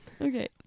Okay